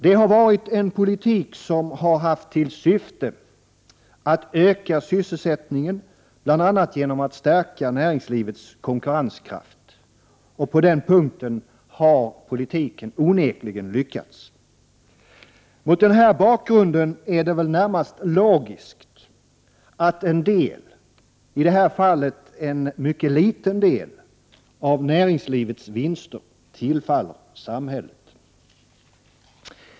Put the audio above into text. Det har varit en politik som har haft till syfte att öka sysselsättningen, bl.a. genom att stärka näringslivets konkurrenskraft. Och på den punkten har politiken onekligen lyckats. Mot den bakgrunden är det väl närmast logiskt att en del - i detta fall en mycket liten del — av näringslivets vinster tillfaller samhället.